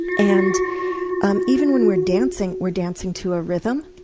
and um even when we're dancing, we're dancing to a rhythm,